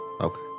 Okay